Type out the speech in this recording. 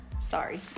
Sorry